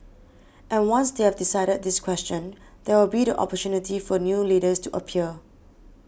and once they have decided this question there will be the opportunity for new leaders to appear